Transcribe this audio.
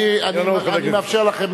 אני מאפשר לכם,